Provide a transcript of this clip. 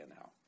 now